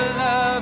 love